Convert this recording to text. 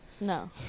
No